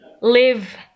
live